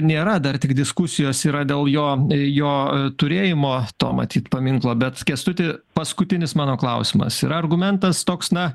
nėra dar tik diskusijos yra dėl jo jo turėjimo to matyt paminklo bet kęstuti paskutinis mano klausimas ir argumentas toks na